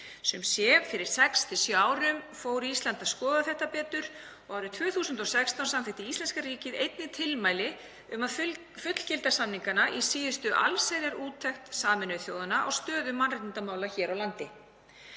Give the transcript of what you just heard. heimsvísu, fyrir 6–7 árum fór Ísland sem sé að skoða þetta betur. Árið 2016 samþykkti íslenska ríkið einnig tilmæli um að fullgilda samningana í síðustu allsherjarúttekt Sameinuðu þjóðanna á stöðu mannréttindamála hér á landi.